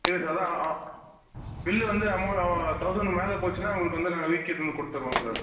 எது சார் அதான் பில்லு வந்து தௌசண்ட்க்கு மேலே போச்சுன்னா உங்களுக்கு வந்து நாங்கள் வீட்டுக்கே எடுத்துகிட்டு வந்து கொடுத்துடுவோம் சார்